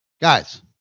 guys